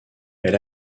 elle